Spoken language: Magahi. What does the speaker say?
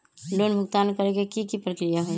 लोन भुगतान करे के की की प्रक्रिया होई?